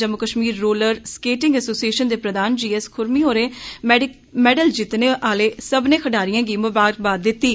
Jammu Kashmir roller skating association दे प्रधान G S Khurmi होरें मैडल जित्तने आह्ले सब्मने खड्ढारिए गी मुबारकबाद दित्ती ऐ